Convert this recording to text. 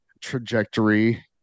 trajectory